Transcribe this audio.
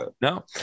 No